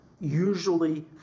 usually